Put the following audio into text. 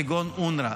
כגון אונר"א.